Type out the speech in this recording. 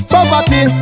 Poverty